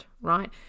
right